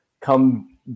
come